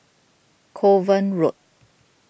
Kovan Road